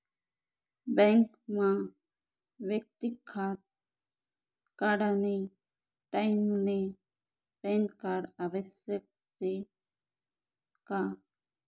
बँकमा वैयक्तिक खातं काढानी टाईमले पॅनकार्ड आवश्यक शे का?